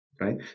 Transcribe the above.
right